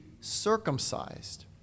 circumcised